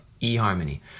eHarmony